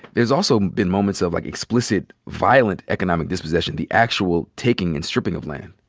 there's also been moments of, like, explicit violent economic dispossession, the actual taking and stripping of land.